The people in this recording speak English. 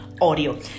audio